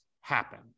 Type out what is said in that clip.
happen